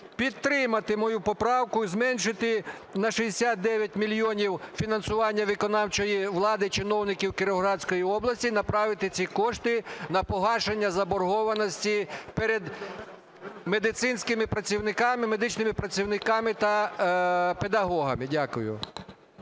підтримати мою поправку і зменшити на 69 мільйонів фінансування виконавчої влади чиновників Кіровоградської області і направити ці кошти на погашення заборгованості перед медичними працівниками та педагогами. Дякую.